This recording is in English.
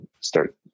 start